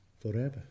forever